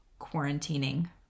quarantining